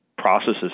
processes